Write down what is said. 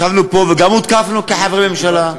ישבנו פה וגם הותקפנו כחברי ממשלה,